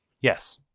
yes